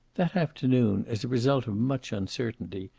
that afternoon, as a result of much uncertainty,